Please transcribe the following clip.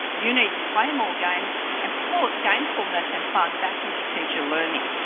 you need to play more games and put gamefulness and fun back into teacher learning.